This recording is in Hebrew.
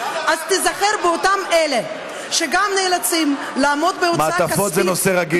אז תיזכר באותם אלה שגם נאלצים לעמוד בהוצאה כספית,